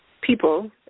people